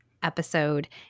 episode